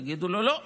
יגידו לו: לא,